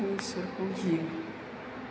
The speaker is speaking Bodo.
जों इसोरखौ गियो